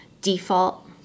default